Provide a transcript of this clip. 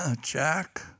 Jack